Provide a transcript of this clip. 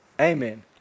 Amen